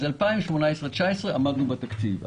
ב-2018 ו-2019 עמדנו בתקציב.